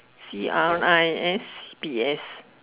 C R I S P S